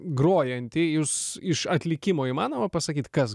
grojantį jus iš atlikimo įmanoma pasakyt kas